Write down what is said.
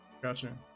gotcha